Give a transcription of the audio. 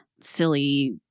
silly